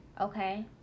okay